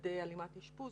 במדדי הלימת אשפוז,